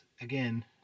again